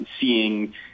seeing